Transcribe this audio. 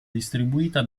distribuita